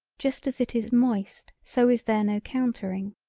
just as it is moist so is there no countering.